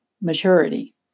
maturity